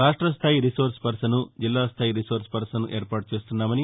రాష్టస్థాయి resource person జిల్లాస్థాయి resource person ఏర్పాటు చేస్తున్నామని